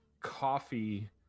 coffee